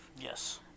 Yes